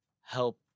help